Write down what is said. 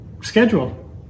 schedule